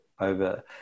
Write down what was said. over